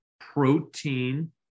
protein